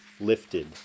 lifted